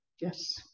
Yes